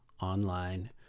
online